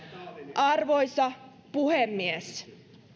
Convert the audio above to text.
arvoisa puhemies